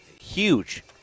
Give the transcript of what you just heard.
huge